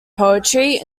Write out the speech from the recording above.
poetry